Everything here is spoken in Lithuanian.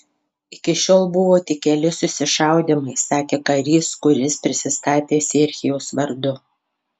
iki šiol buvo tik keli susišaudymai sakė karys kuris prisistatė serhijaus vardu